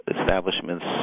establishments